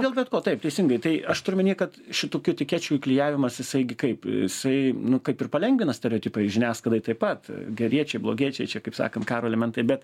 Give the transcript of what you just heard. dėl bet ko taip teisingai tai aš turiu omeny kad šitokių etikečių įklijavimas jisai gi kaip jisai nu kaip ir palengvina stereotipai žiniasklaidai taip pat geriečiai blogiečiai čia kaip sakant karo elementai bet